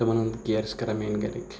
تِمَن ہُںٛد کیر چھِ کَران میٲنۍ گَرِکۍ